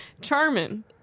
Charmin